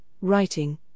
writing